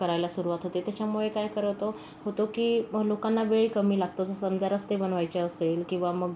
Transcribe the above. करायला सुरवात होते त्याच्यामुळे काय खर होतो होतो की लोकांना वेळ कमी लागतो जर समजा रस्ते बनवायचे असेल किंवा मग